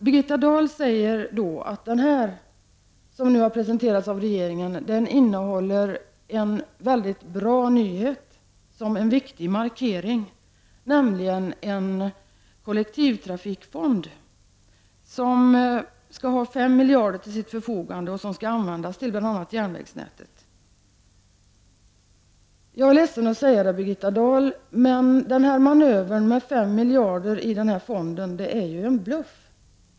Birgitta Dahl säger att propositionen, som nu har presenterats av regeringen, innehåller en mycket bra nyhet som en viktig markering, nämligen en kollektiv trafikfond som skall ha 5 miljarder till sitt förfogande och som skall användas till bl.a. järnvägsnätet. Jag är ledsen att säga det, Birgitta Dahl, men manövern med 5 miljarder i den här fonden är ju en bluff.